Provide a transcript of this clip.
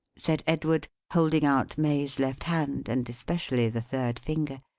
said edward, holding out may's left hand, and especially the third finger,